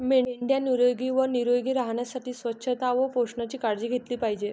मेंढ्या निरोगी व निरोगी राहण्यासाठी स्वच्छता व पोषणाची काळजी घेतली पाहिजे